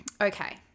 Okay